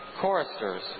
choristers